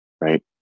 right